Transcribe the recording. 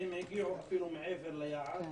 והם הגיעו אפילו מעבר ליעד.